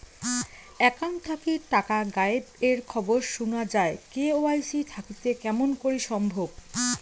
Account থাকি টাকা গায়েব এর খবর সুনা যায় কে.ওয়াই.সি থাকিতে কেমন করি সম্ভব?